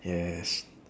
yes